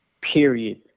period